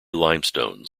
limestone